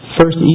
first